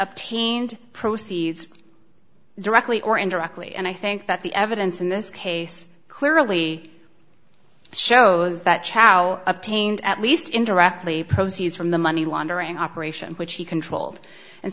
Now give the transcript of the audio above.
obtained proceeds directly or indirectly and i think that the evidence in this case clearly shows that chalo obtained at least indirectly proceeds from the money laundering operation which he controlled and